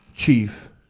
Chief